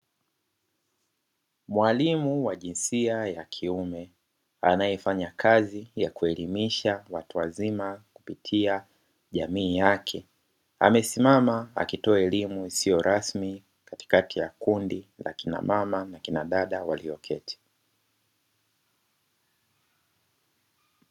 Mwalimu wa jinsia ya kiume; anayefanya kazi ya kuelimisha watu wazima kupitia jamii yake, amesimama akitoa elimu isiyo rasmi katikati ya kundi la kinamama na kinadada walioketi.